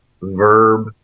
verb